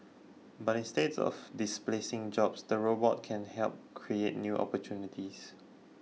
but instead of displacing jobs the robots can help create new opportunities